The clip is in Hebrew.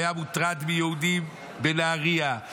הוא היה מוטרד מיהודים בנהריה,